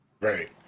right